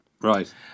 Right